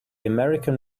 american